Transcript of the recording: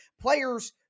players